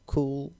Cool